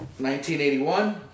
1981